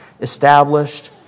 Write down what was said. established